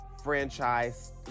franchise